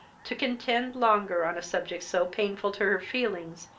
to contend longer on a subject so painful to her feelings,